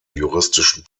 juristischen